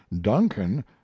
duncan